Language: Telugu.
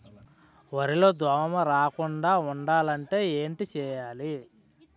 వరిలో దోమ రాకుండ ఉండాలంటే ఏంటి చేయాలి?